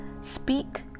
speak